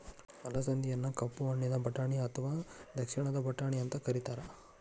ಅಲಸಂದಿಯನ್ನ ಕಪ್ಪು ಕಣ್ಣಿನ ಬಟಾಣಿ ಅತ್ವಾ ದಕ್ಷಿಣದ ಬಟಾಣಿ ಅಂತ ಕರೇತಾರ